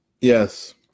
yes